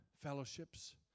fellowships